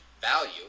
value